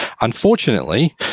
Unfortunately